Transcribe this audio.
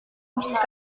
gwisgo